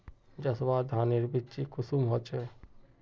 जसवा धानेर बिच्ची कुंसम होचए?